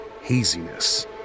haziness